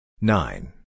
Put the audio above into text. Nine